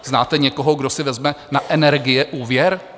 Znáte někoho, kdo si vezme na energie úvěr?